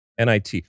NIT